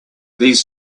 these